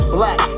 Black